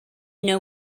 know